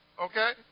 Okay